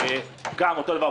אותו דבר,